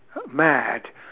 mad